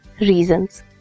reasons